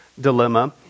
dilemma